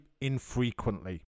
infrequently